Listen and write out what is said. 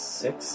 six